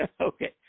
Okay